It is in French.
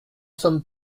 sommes